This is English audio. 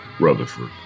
Rutherford